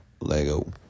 Lego